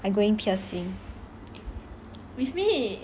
I going piercing